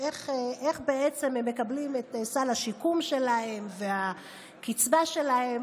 איך בעצם הם מקבלים את סל השיקום שלהם ואת הקצבה שלהם.